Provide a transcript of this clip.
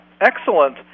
excellent